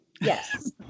Yes